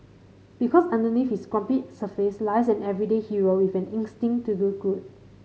because underneath his grumpy surface lies an everyday hero with an instinct to do good